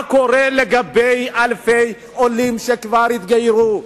מה קורה לגבי אלפי עולים שכבר התגיירו?